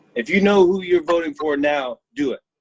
if you know who you're voting for now, do it.